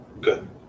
Good